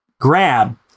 grab